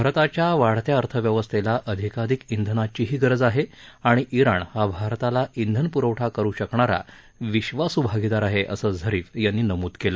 भारताच्या वाढत्या अर्थव्यवस्थेला अधिकाधिक इंधनाचीही गरज आहे आणि इराण हा भारताला इंधन पुरवठा करू शकणारा विश्वासू भागिदार आहे असं झरीफ यांनी नमूद केलं